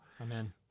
Amen